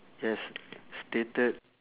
yes stated